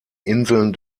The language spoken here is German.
inseln